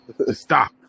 Stop